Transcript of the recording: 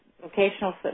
vocational